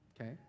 okay